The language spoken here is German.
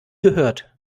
gehört